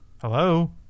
Hello